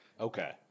Okay